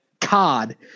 cod